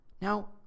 Now